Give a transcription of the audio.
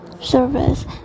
service